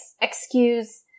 excuse